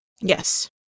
Yes